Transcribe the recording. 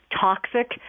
toxic